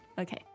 Okay